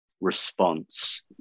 response